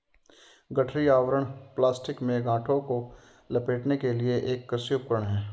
गठरी आवरण प्लास्टिक में गांठों को लपेटने के लिए एक कृषि उपकरण है